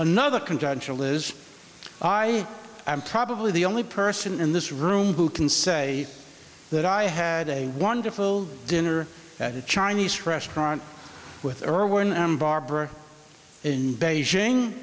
another conventional is i am probably the only person in this room who can say that i had a wonderful dinner at a chinese restaurant with irwin and barber in beijing